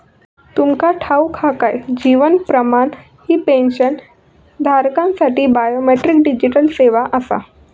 तुमका ठाऊक हा काय? जीवन प्रमाण ही पेन्शनधारकांसाठी बायोमेट्रिक डिजिटल सेवा आसा